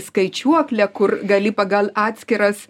skaičiuoklę kur gali pagal atskiras